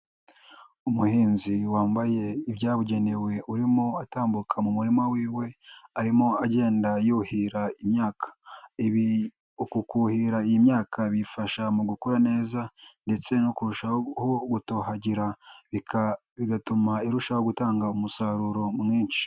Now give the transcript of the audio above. Umuhinzi wambaye ibyabugenewe, urimo atambuka mu murima wiwe, arimo agenda yuhira imyaka, uku kuhira imyaka bifasha mugukura neza ndetse no kurushaho gutohagira, bigatuma irushaho gutanga umusaruro mwinshi.